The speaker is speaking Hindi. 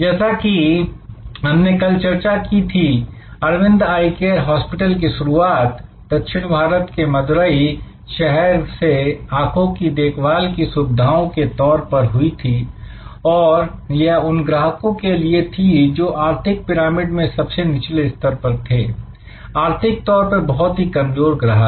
जैसा कि हमने कल चर्चा की थी अरविंद आई केयर हॉस्पिटल की शुरुआत दक्षिण भारत के मदुरई शहर से आंखों की देखभाल की सुविधाओं के तौर पर हुई थी और यह उन ग्राहकों के लिए थी जो आर्थिक पिरामिड में सबसे निचले स्तर पर थे आर्थिक तौर पर बहुत ही कमजोर ग्राहक